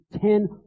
ten